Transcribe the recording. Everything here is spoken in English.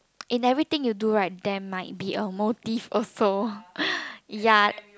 in everything you do right there might be a motive also